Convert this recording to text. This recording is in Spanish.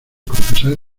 confesar